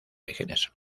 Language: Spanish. orígenes